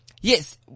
Yes